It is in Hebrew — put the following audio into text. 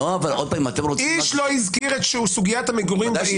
איש לא הזכיר את סוגיית המגורים בעיר.